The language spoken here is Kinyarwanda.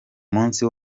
munsi